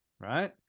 right